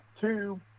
two